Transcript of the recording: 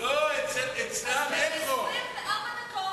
אצלם אין חוק.